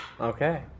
okay